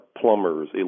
plumbers